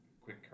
quick